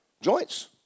Joints